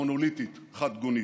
מונוליטית, חד-גונית,